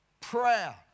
prayer